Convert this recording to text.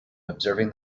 observing